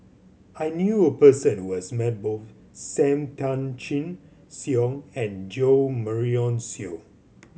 I knew a person who has met both Sam Tan Chin Siong and Jo Marion Seow